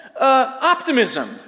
optimism